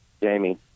Jamie